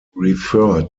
referred